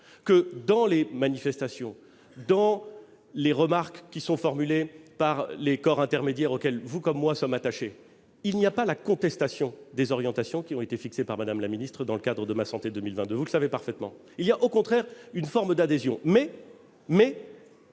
-que, dans les manifestations et remarques exprimées par les corps intermédiaires auxquels vous comme moi sommes attachés, on n'entend pas la contestation des orientations qui ont été fixées par Mme la ministre dans le cadre du plan « Ma santé 2022 ». Vous le savez parfaitement. Il y a, au contraire, une forme d'adhésion, mais